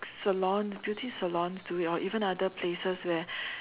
salons beauty salons do it or even other places where